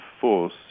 force